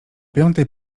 piątej